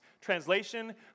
Translation